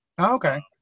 okay